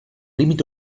límit